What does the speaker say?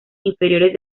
inferiores